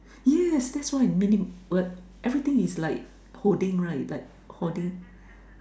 yes that's why mini what everything is like holding right like holding